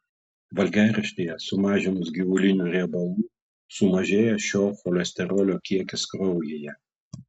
valgiaraštyje sumažinus gyvulinių riebalų sumažėja šio cholesterolio kiekis kraujyje